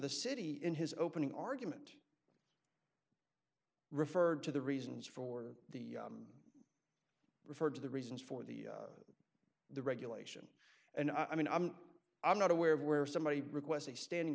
the city in his opening argument referred to the reasons for the referred to the reasons for the the regulation and i mean i'm i'm not aware of where somebody requests a standing